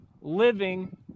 living